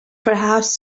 perhaps